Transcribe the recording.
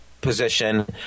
position